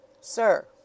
Sir